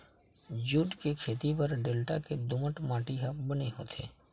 jute के खेती बर डेल्टा के दुमट माटी ह बने होथे